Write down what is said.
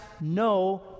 no